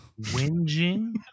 Whinging